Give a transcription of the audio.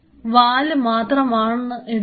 വാല് മാത്രമാണ് എടുക്കുന്നത്